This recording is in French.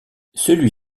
celui